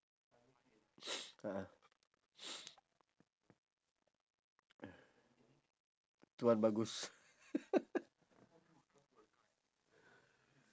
a'ah tuan bagus